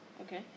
Okay